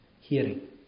hearing